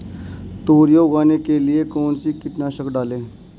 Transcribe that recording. तोरियां को उगाने के लिये कौन सी कीटनाशक डालें?